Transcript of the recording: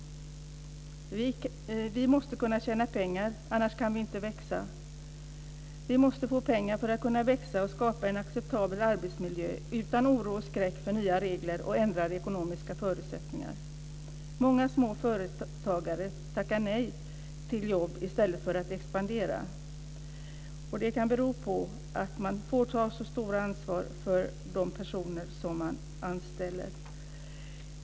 Vi måste kunna tjäna pengar, annars kan vi inte växa. Vi måste få pengar för att kunna växa och skapa en acceptabel arbetsmiljö utan oro och skräck för nya regler och ändrade ekonomiska förutsättningar. Många småföretagare tackar nej till jobb i stället för att expandera. Det kan bero på att de får ta så stort ansvar för de personer som de anställer.